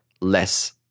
less